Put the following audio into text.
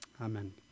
amen